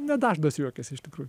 nedažnas juokiasi iš tikrųjų